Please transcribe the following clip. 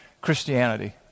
Christianity